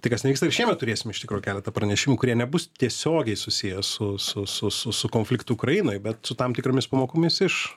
tai kas ne vyksta ir šiemet turėsim iš tikro keletą pranešimų kurie nebus tiesiogiai susiję su su su su su konfliktu ukrainoj bet su tam tikromis pamokomis iš